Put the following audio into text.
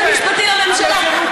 היועץ המשפטי לממשלה,